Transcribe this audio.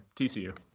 TCU